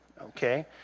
okay